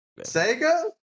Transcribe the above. Sega